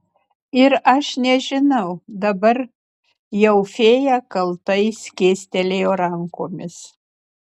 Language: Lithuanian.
ir aš nežinau dabar jau fėja kaltai skėstelėjo rankomis